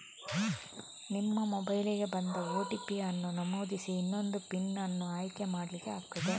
ನಿಮ್ಮ ಮೊಬೈಲಿಗೆ ಬಂದ ಓ.ಟಿ.ಪಿ ಅನ್ನು ನಮೂದಿಸಿ ಇನ್ನೊಂದು ಪಿನ್ ಅನ್ನು ಆಯ್ಕೆ ಮಾಡ್ಲಿಕ್ಕೆ ಆಗ್ತದೆ